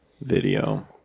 video